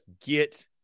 get